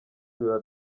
biba